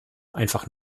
einfach